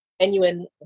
genuine